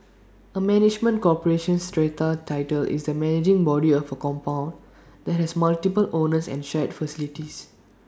A management corporation strata title is the managing body of A compound that has multiple owners and shared facilities